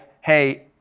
Hey